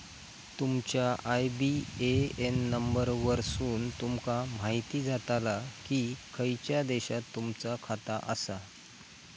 तुमच्या IBAN number वरसुन तुमका म्हायती जाताला की खयच्या देशात तुमचा खाता आसा